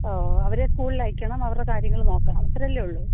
ഓ ഓ അവരെ സ്കൂളിലയക്കണം അവരുടെ കാര്യങ്ങൾ നോക്കണം അത്രയല്ലെ ഉള്ളൂ